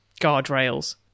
guardrails